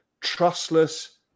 trustless